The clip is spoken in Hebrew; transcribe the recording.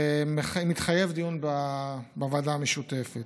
ומתחייב דיון בוועדה המשותפת.